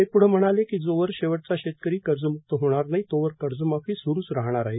ते पुढे म्हणाले की जोवर शेवटचा शेतकरी कर्जम्क्त होणार नाही तोवर कर्जमाफी स्रूच राहणार आहे